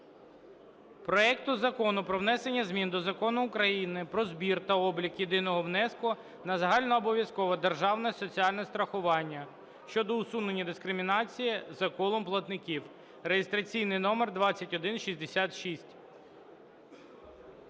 проекту Закону про внесення змін до Закону України "Про збір та облік єдиного внеску на загальнообов'язкове державне соціальне страхування" (щодо усунення дискримінації за колом платників) (реєстраційний номер 2166).